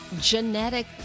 genetic